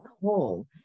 whole